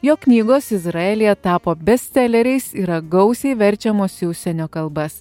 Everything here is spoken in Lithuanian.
jo knygos izraelyje tapo bestseleriais yra gausiai verčiamos į užsienio kalbas